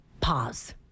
Pause